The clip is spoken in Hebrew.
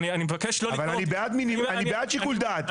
אני מבקש לא --- אבל אני בעד שיקול דעת,